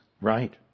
Right